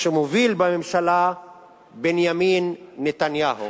שמוביל אותה בממשלה בנימין נתניהו.